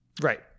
Right